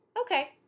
okay